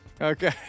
Okay